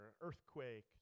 earthquake